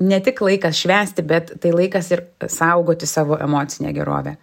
ne tik laikas švęsti bet tai laikas ir saugoti savo emocinę gerovę